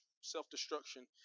self-destruction